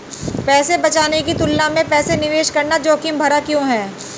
पैसा बचाने की तुलना में पैसा निवेश करना जोखिम भरा क्यों है?